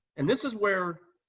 and this is where